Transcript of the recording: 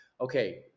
Okay